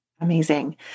Amazing